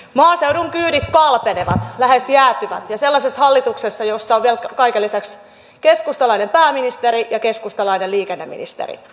maaseudun kyydit kalpenevat lähes jäätyvät ja sellaisessa hallituksessa jossa on vielä kaiken lisäksi keskustalainen pääministeri ja keskustalainen liikenneministeri